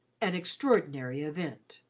an extraordinary event.